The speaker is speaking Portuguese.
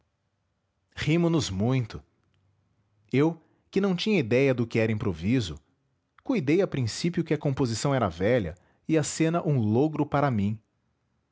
do que era improviso cuidei a princípio que a composição era velha e a cena um logro para mim